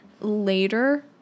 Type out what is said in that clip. later